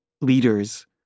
leaders